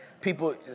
People